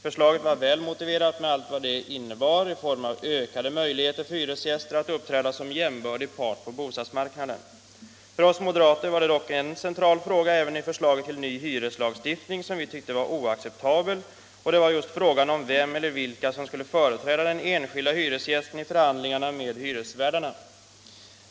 Förslaget var väl motiverat med allt vad det innebar i form av ökade möjligheter för hyresgäster att uppträda som jämbördig part på bostadsmarknaden. För oss moderater var dock en central fråga även förslaget till ny hyreslagstiftning som vi tyckte var oacceptabelt, och det var frågan om vem eller vilka som skulle företräda den enskilde hyresgästen i förhandlingarna med hyresvärdarna.